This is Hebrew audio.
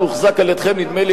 הוחזק על-ידכם,